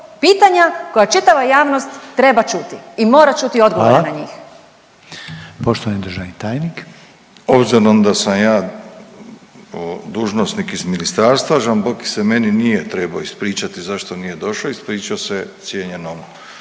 pitanja koja čitava javnost treba čuti i mora čuti odgovore na njih. **Reiner, Željko (HDZ)** Hvala. Poštovani državni tajnik. **Milatić, Ivo** Obzirom da sam ja dužnosnik iz ministarstva Žamboki se meni nije trebao ispričati zašto nije došao. Ispričao se cijenjenom